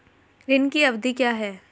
ऋण की अवधि क्या है?